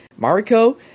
Mariko